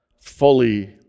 fully